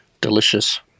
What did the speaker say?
delicious